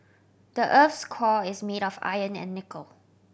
the earth's core is made of iron and nickel